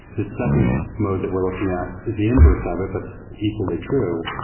the second mode that we're looking at is the inverse of it, but it's equally true,